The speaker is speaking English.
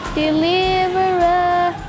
deliverer